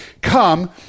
Come